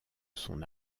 son